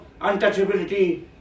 untouchability